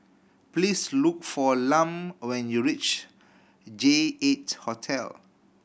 please look for Lum when you reach J Eight Hotel